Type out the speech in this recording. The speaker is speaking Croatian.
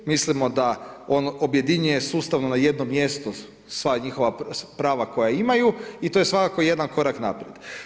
Mislimo da on objedinjuje sustavno na jedno mjesto sva njihova prava koja imaju i to je svakako jedan korak naprijed.